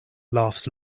laughs